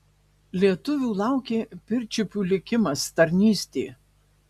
lietuvių laukė pirčiupių likimas tarnystė